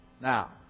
Now